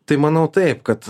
tai manau taip kad